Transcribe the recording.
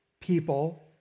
people